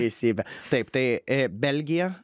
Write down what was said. teisybė taip tai ė belgija